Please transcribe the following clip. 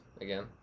again